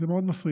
זה מאוד מפריע,